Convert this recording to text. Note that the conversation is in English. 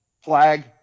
Flag